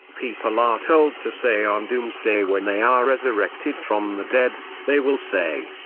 people are told to say on doomsday when they are resurrected from the dead they will say,